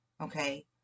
okay